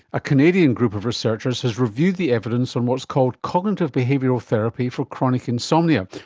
a canadian group of researchers has reviewed the evidence on what's called cognitive behavioural therapy for chronic insomnia,